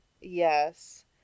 Yes